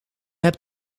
hebt